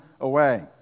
away